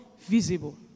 Visible